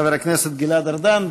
חבר הכנסת גלעד ארדן,